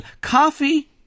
Coffee